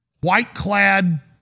white-clad